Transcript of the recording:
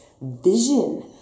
vision